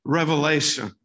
revelation